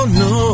no